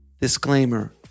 Disclaimer